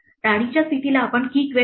राणीच्या स्थितीला आपण key queen म्हणू